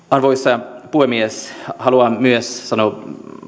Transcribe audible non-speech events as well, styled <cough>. <unintelligible> arvoisa puhemies haluan sanoa